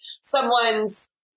someone's